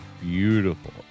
Beautiful